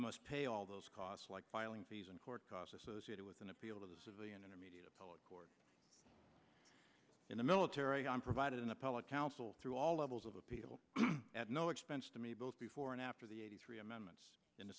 must pay all those costs like filing fees and court costs associated with an appeal to the civilian intermediate appellate court in the military provided an appellate counsel through all of those of appeal at no expense to me both before and after the eighty three amendments in the